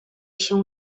się